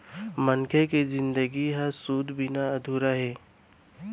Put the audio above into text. मनसे के जिनगी ह सूत बिना अधूरा हे